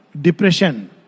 Depression